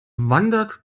wandert